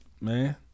man